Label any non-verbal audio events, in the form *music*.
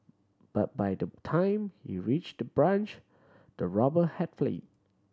but by the time he reached the branch the robber had *unintelligible*